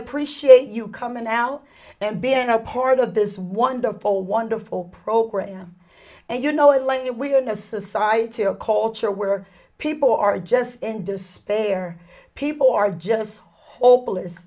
appreciate you coming now and been a part of this wonderful wonderful program and you know elaine we are in a society a culture where people are just in despair people are just hopeless